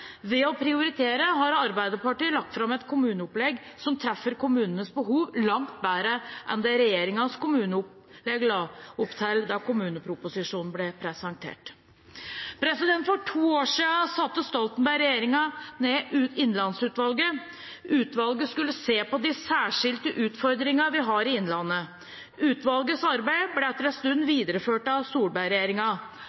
ved å prioritere. Her har Arbeiderpartiet lagt fram et kommuneopplegg som treffer kommunenes behov langt bedre enn det regjeringen la opp til da kommuneproposisjonen ble presentert. For to år siden satte Stoltenberg-regjeringen ned Innlandsutvalget. Utvalget skulle se på de særskilte utfordringene vi har i Innlandet. Utvalgets arbeid ble etter en stund videreført av